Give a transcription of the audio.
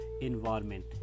environment